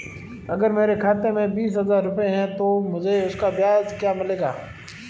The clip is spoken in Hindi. अगर मेरे खाते में बीस हज़ार रुपये हैं तो मुझे उसका ब्याज क्या मिलेगा?